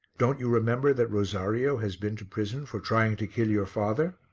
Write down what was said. don't you remember that rosario has been to prison for trying to kill your father?